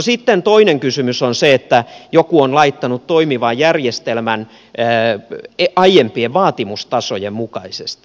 sitten toinen kysymys on se että joku on laittanut toimivan järjestelmän aiempien vaatimustasojen mukaisesti